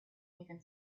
even